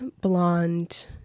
blonde